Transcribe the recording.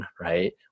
right